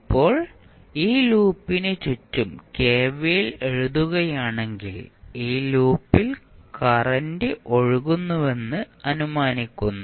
ഇപ്പോൾ ഈ ലൂപ്പിന് ചുറ്റും കെവിഎൽ എഴുതുകയാണെങ്കിൽ ഈ ലൂപ്പിൽ കറന്റ് ഒഴുകുന്നുവെന്ന് അനുമാനിക്കുന്നു